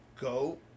Go